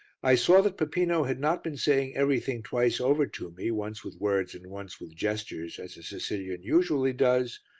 i saw that peppino had not been saying everything twice over to me, once with words and once with gestures, as a sicilian usually does,